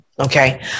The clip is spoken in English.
Okay